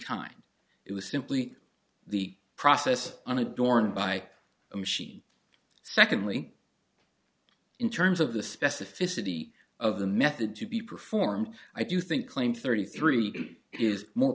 kind it was simply the process unadorned by a machine secondly in terms of the specificity of the method to be performed i do think claim thirty three is more